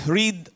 read